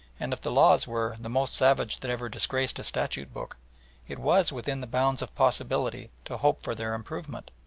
and if the laws were the most savage that ever disgraced a statute book it was within the bounds of possibility to hope for their improvement.